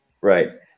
Right